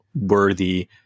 worthy